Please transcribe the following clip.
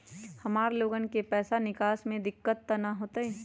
हमार लोगन के पैसा निकास में दिक्कत त न होई?